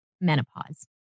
menopause